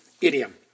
idiom